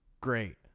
Great